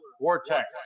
Vortex